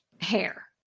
hair